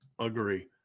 agree